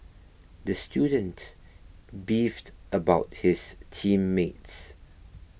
the student beefed about his team mates